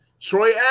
Troy